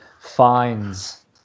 finds